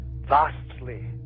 vastly